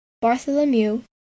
Bartholomew